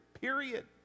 period